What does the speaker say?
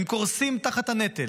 הם קורסים תחת הנטל,